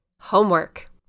homework